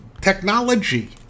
technology